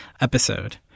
episode